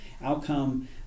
outcome